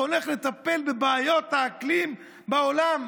והולך לטפל בבעיות האקלים בעולם.